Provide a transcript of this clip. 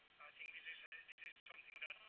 think this is ah this is something